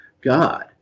God